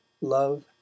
Love